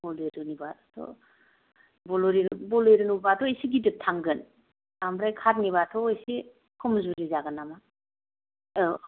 बलेर'निबाथ' बलेर'निबा एसे गिदिर थांगोन ओमफ्राय खारनिबाथ' एसे खमजुरि जागोन नामा औ